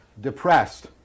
depressed